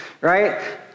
right